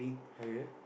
okay